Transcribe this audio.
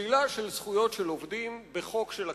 שלילת זכויות של עובדים בחוק של הכנסת.